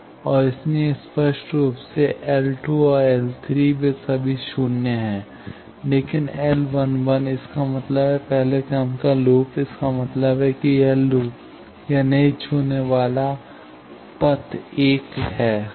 और इसलिए स्पष्ट रूप से L और L वे सभी 0 हैं लेकिन यह L इसका मतलब है पहला क्रम के लूप इसका मतलब है कि यह लूप यह नहीं छूने वाला पथ 1 है हाँ